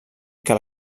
que